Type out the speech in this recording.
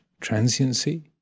transiency